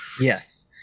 Yes